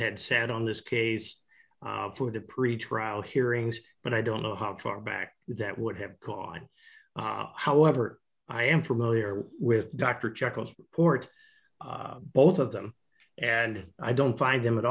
had sent on this case for the pretrial hearings but i don't know how far back that would have gone however i am familiar with dr jekyll port both of them and i don't find them at